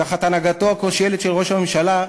תחת הנהגתו הכושלת של ראש הממשלה,